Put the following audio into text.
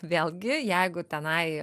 vėlgi jeigu tenai